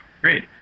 great